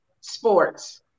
sports